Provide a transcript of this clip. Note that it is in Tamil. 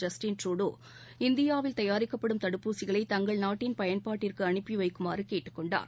ஜஸ்டின் ட்ரூடோ இந்தியாவில் தயாரிக்கப்படும் தடுப்பூசிகளை தங்கள் நாட்டின் பயன்பாட்டிற்கு அனுப்பிவைக்குமாறு கேட்டுக் கொண்டார்